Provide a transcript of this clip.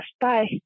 Bye